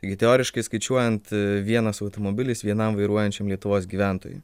taigi teoriškai skaičiuojant vienas automobilis vienam vairuojančiam lietuvos gyventojui